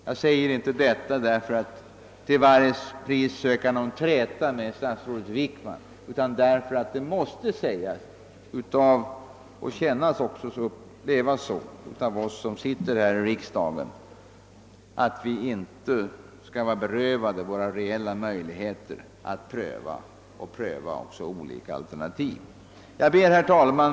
Jag säger inte detta för att till varje pris träta med statsrådet Wickman, men här i riksdagen skall vi inte vara berövade våra reella möjligheter att pröva olika alternativ. Herr talman!